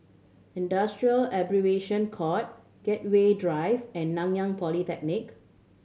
Industrial Arbitration Court Gateway Drive and Nanyang Polytechnic